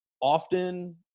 often